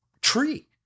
tree